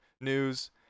news